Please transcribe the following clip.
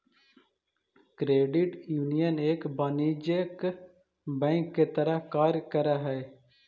credit union एक वाणिज्यिक bank के तरह कार्य करऽ हइ